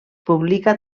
publica